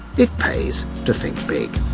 it pays to think big.